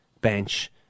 bench